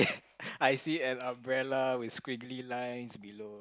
I see an umbrella with squiggly lines below